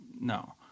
no